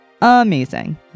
Amazing